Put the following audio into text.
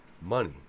money